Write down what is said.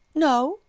no,